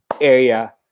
area